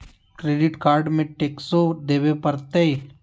Credit card में टेक्सो देवे परते?